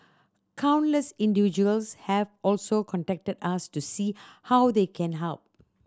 countless individuals have also contacted us to see how they can help